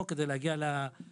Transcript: כדי להגיע למדרכה,